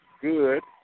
good